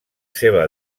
seva